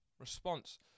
response